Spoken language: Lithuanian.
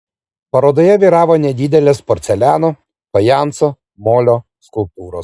parodoje vyravo nedidelės porceliano fajanso molio skulptūros